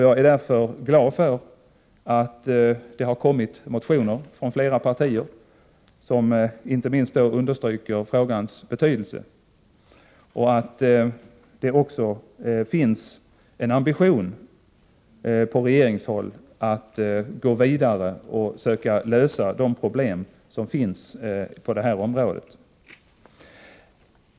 Jag är därför glad för att det från flera partier har kommit motioner, som inte minst understryker frågans betydelse, och för att det också finns en ambition på regeringshåll att gå vidare och söka lösa de problem som finns på det här området.